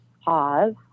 pause